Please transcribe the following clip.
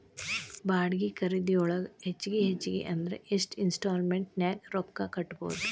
ಬಾಡ್ಗಿ ಖರಿದಿಯೊಳಗ ಹೆಚ್ಗಿ ಹೆಚ್ಗಿ ಅಂದ್ರ ಯೆಷ್ಟ್ ಇನ್ಸ್ಟಾಲ್ಮೆನ್ಟ್ ನ್ಯಾಗ್ ರೊಕ್ಕಾ ಕಟ್ಬೊದು?